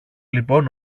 λοιπόν